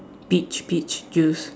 peach peach juice